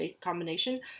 combination